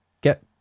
get